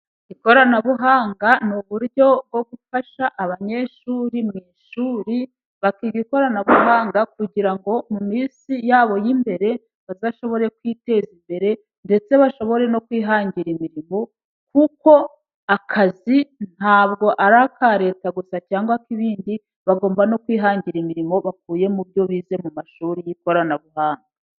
Ikoranabuhanga ni uburyo bwo gufasha abanyeshuri mu ishuri, bakiga ikoranabuhanga kugira ngo mu minsi yabo y'imbere bazashobore kwiteza imbere, ndetse bashobore no kwihangira imirimo, kuko akazi ntabwo ari aka leta gusa cyangwa se ibindi, bagomba no kwihangira imirimo bakuye mu byo bize mu mashuri y'ikoranabuhanga.